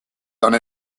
done